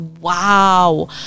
wow